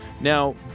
Now